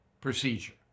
procedure